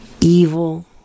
evil